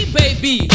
baby